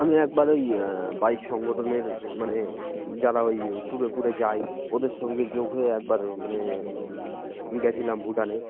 আমি একবার ওই বাইক সংগঠনের মানে যারা ওই ট্যুরে ফুরে যায় ওদের সঙ্গে যোগ হয়ে একবার মানে গিয়েছিলাম ভুটানে